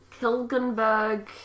Kilgenberg